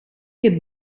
heb